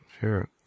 sure